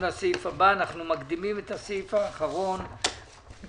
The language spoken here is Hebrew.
הישיבה ננעלה בשעה 12:15.